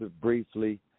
briefly